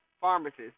Pharmacists